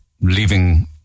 leaving